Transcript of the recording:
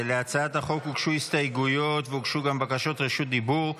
להצעת החוק הוגשו הסתייגויות והוגשו גם בקשות רשות דיבור.